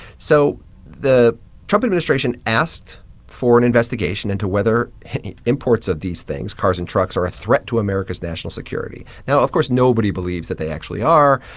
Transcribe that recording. so the trump administration asked for an investigation into whether imports of these things cars and trucks are a threat to america's national security. now, of course, nobody believes that they actually are.